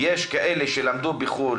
איפה שאני שילבתי אותם שם השתלבו.